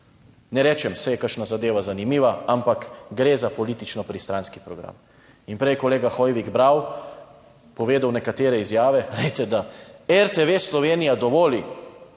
Ne rečem, saj, je kakšna zadeva zanimiva, ampak gre za politično pristranski program. In prej je kolega Hoivik bral, povedal nekatere izjave, glejte, da RTV Slovenija dovoli